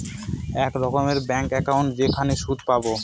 এক রকমের bank account যেখানে সুদ পাবো